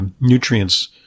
nutrients